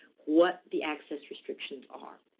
what the access restrictions are.